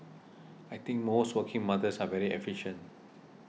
I think most working mothers are very efficient